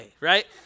right